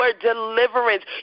deliverance